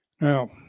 Now